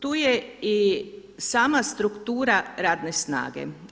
Tu je i sama struktura radne snage.